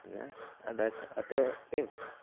പിന്നെ അതാച്ചാ അത്രയേ ഉള്ളൂ